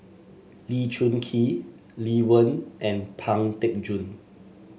Lee Choon Kee Lee Wen and Pang Teck Joon